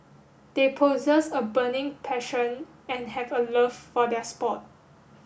they possess a burning passion and have a love for their sport